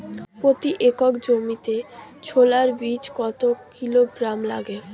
প্রতি একর জমিতে ছোলা বীজ কত কিলোগ্রাম লাগে?